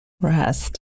rest